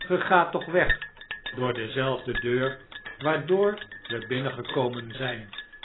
ge gaat toch weg door dezelfde deur waardoor we binnengekomen zijn